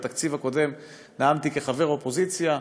ובתקציב הקודם נאמתי כחבר האופוזיציה.